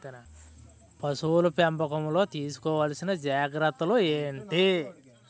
పశువుల పెంపకంలో తీసుకోవల్సిన జాగ్రత్త లు ఏంటి?